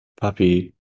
puppy